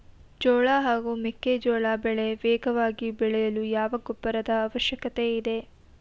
ಜೋಳ ಹಾಗೂ ಮೆಕ್ಕೆಜೋಳ ಬೆಳೆ ವೇಗವಾಗಿ ಬೆಳೆಯಲು ಯಾವ ಗೊಬ್ಬರದ ಅವಶ್ಯಕತೆ ಇದೆ?